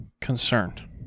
concerned